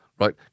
Right